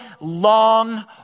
long